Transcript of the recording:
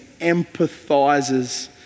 empathizes